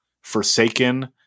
forsaken